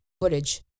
footage